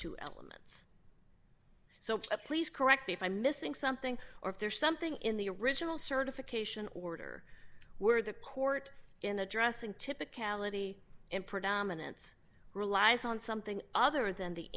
two elements so please correct me if i'm missing something or if there's something in the original certification order where the court in addressing typicality in predominance relies on something other than the